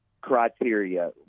criteria